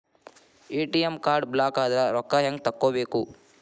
ATM card ಬ್ಲಾಕದ್ರ ರೊಕ್ಕಾ ಹೆಂಗ್ ತಕ್ಕೊಬೇಕು?